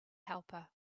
helper